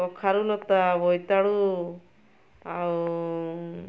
କଖାରୁ ଲତା ବୋଇତାଳୁ ଆଉ